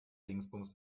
dingsbums